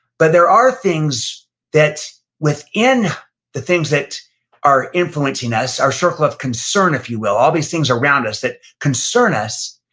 but there are things that within the things that are influencing us, our circle of concern, if you will, all these things around us that concern us,